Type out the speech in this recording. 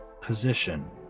position